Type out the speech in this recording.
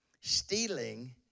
stealing